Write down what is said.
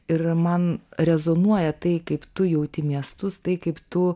ir man rezonuoja tai kaip tu jauti miestus tai kaip tu